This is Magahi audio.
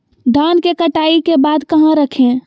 धान के कटाई के बाद कहा रखें?